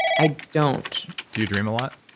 i don't do you dream a lot?